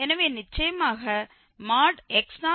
எனவே நிச்சயமாக x0 αIk2